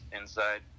inside